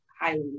highly